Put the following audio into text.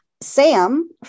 Sam